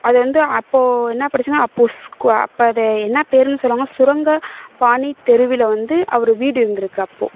அது வந்து அப்போ என்ன படிச்சேன்னா அப்போ ஸ்கூ அப்போ அதை என்ன பேருன்னு சொல்லுவாங்கன்னா சுரங்க பானித் தெருவில் வந்து அவர் வீடு இருந்து இருக்கு அப்போ